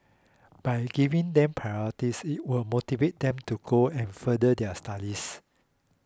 by giving them priorities it will motivate them to go and further their studies